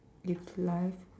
if life